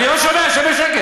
אני לא שומע, שב בשקט.